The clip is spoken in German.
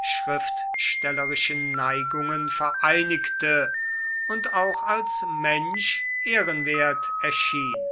schriftstellerischen neigungen vereinigte und auch als mensch ehrenwert erschien